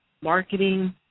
marketing